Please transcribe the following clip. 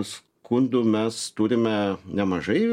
skundų mes turime nemažai